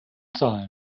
zahlen